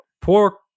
poor